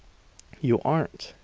you aren't!